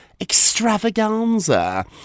extravaganza